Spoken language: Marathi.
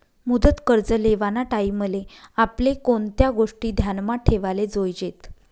मुदत कर्ज लेवाना टाईमले आपले कोणत्या गोष्टी ध्यानमा ठेवाले जोयजेत